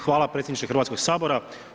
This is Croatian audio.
Hvala predsjedniče Hrvatskoga sabora.